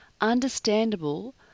understandable